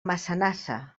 massanassa